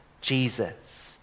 Jesus